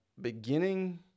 beginning